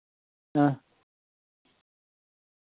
हां